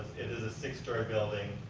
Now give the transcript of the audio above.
it is a six story building,